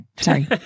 sorry